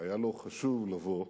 היה לו חשוב לבוא,